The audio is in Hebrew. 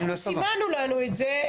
אנחנו סימנו לנו את זה,